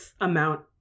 amount